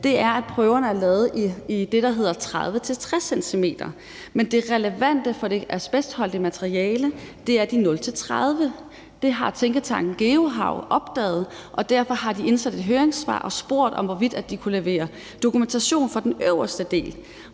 er, at prøverne er taget fra det lag, der er mellem 30-60 cm, men det relevante lag i forhold til det asbestholdige materiale er laget mellem 0-30 cm. Det har tænketanken GeoHav opdaget, og derfor har de indsendt et høringssvar og spurgt, hvorvidt de kunne levere dokumentation fra den øverste del,